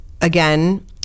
again